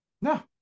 No